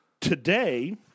today